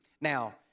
Now